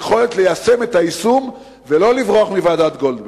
היכולת ליישם את ההמלצות ולא לברוח מוועדת-גולדברג.